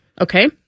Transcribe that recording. Okay